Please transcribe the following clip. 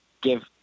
give